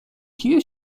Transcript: کیه